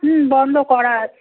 হুম বন্ধ করা আছে